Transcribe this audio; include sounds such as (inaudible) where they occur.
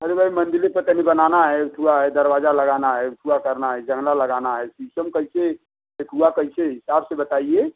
अरे भाई मंदिर की पतेली बनाना है (unintelligible) है दरवाज़ा लगाना है (unintelligible) करना है जंगला लगाना है शीशम कैसे सखुआ कैसे हिसाब से बताइए